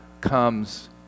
comes